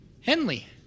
Henley